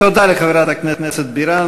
תודה לחברת הכנסת בירן.